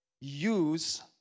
use